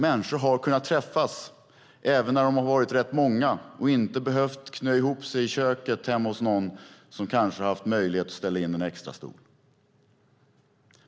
Människor har kunnat träffas även när de har varit rätt många och har inte behövt knöka ihop sig i köket hemma hos någon som kanske haft möjlighet att ställa in en extra stol.